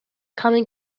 common